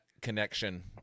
connection